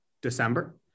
December